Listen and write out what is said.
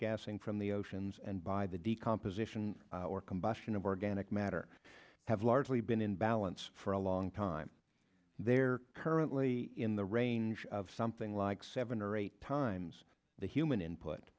gassing from the oceans and by the decomposition or combustion of organic matter have largely been in balance for a long time they're currently in the range of something like seven or eight times the human input